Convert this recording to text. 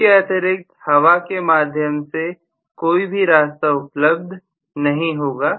इसके अतिरिक्त हवा के माध्यम से कोई भी रास्ता उपलब्ध नहीं होगा